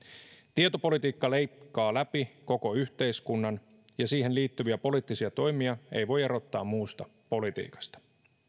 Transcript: tietopolitiikka leikkaa läpi koko yhteiskunnan ja siihen liittyviä poliittisia toimia ei voi erottaa muusta politiikasta